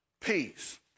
peace